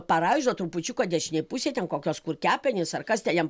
paraižo trupučiuką dešinėj pusėj ten kokios kur kepenys ar kas ten jam